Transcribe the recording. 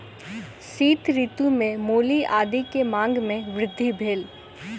शीत ऋतू में मूली आदी के मांग में वृद्धि भेल